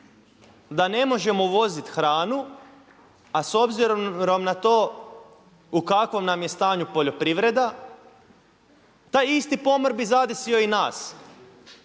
da ne možemo voziti hranu, a s obzirom na to u kakvom nam je stanju poljoprivreda, taj isti pomor bi zadesio i nas.